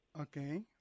Okay